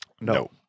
No